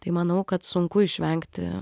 tai manau kad sunku išvengti